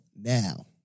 Now